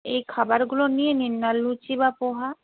এই খাবারগুলো নিয়ে নিন না লুচি বা পোহা